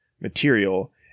material